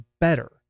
better